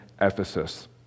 Ephesus